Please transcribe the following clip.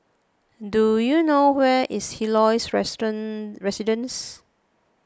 do you know where is Helios Residences